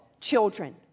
children